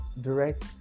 direct